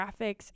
graphics